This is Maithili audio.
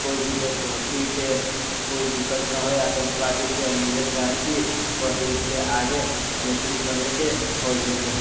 कोइ भी देश भक्ति के कोइ दिक्कत न हय आतंकवादी से हम इहे चाहै छी पढ लिखके आगे नौकरी करे के फौजी के